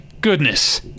Goodness